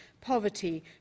poverty